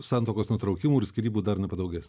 santuokos nutraukimų ir skyrybų dar nepadaugės